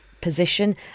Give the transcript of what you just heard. position